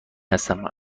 هستم